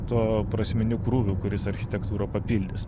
tuo prasminiu krūviu kuris architektūrą papildys